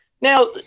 Now